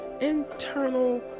internal